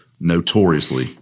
notoriously